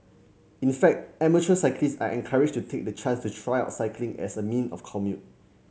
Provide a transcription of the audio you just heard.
in fact amateur cyclists are encouraged to take the chance to try out cycling as a mean of commute